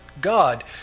god